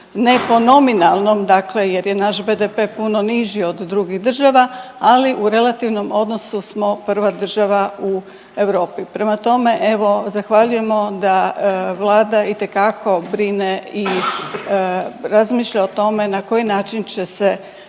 Ne po nominalnom dakle jer je naš BDP puno niži od drugih država, ali u relativnom odnosu smo prva država u Europi. Prema tome, evo zahvaljujemo da vlada itekako brine i razmišlja o tome na koji način će se